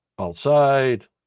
outside